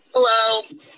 hello